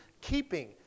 keeping